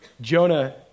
Jonah